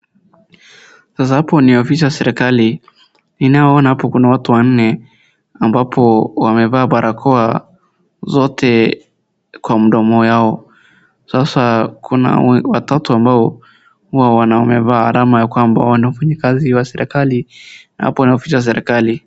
Sasa hapo ni nofisi ya serikali, ninaoona hapo ni watu wanne ambapo wamevaa barakoa zote kwa mdomo yao. Sasa kuna watatu ambao hua wamevaa alama ya kwamba wafanyikazi wa serikali na hapo ni ofisi ya serikali.